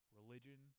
Religion